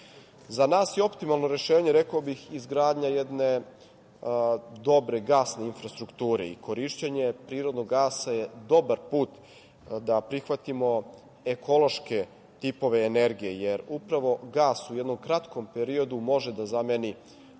nas je optimalno rešenje, rekao bih, izgradnja jedne dobre gasne infrastrukture i korišćenje prirodnog gasa je dobar put da prihvatimo ekološke tipove energije, jer upravo gas u jednom kratkom periodu može da zameni